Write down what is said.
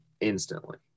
instantly